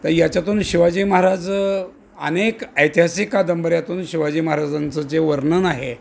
तर याच्यातून शिवाजी महाराज अनेक ऐतिहासिक कादंबऱ्यातून शिवाजी महाराजांचं जे वर्णन आहे